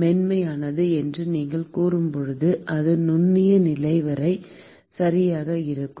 மென்மையானது என்று நீங்கள் கூறும்போது அது நுண்ணிய நிலை வரை சரியாக இருக்கும்